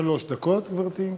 שלוש דקות, גברתי.